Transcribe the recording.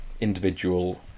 individual